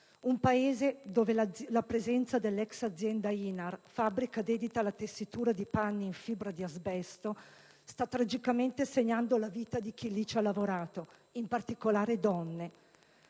Un paese dove la presenza dell'ex azienda INAR - fabbrica dedita alla tessitura di panni in fibra di asbesto - sta tragicamente segnando la vita di chi lì ha lavorato, in particolare donne.